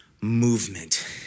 movement